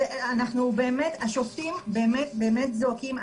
השופטים באמת זועקים.